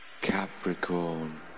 Capricorn